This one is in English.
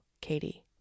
Katie